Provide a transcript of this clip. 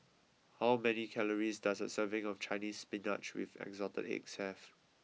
how many calories does a serving of Chinese Spinach with Assorted Eggs have